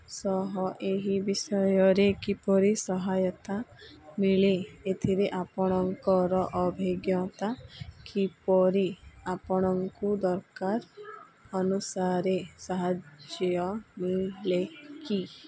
ସହ ଏହି ବିଷୟରେ କିପରି ସହାୟତା ମିଳେ ଏଥିରେ ଆପଣଙ୍କର ଅଭିଜ୍ଞତା କିପରି ଆପଣଙ୍କୁ ଦରକାର ଅନୁସାରେ ସାହାଯ୍ୟ ମିିଳେ କି